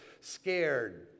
scared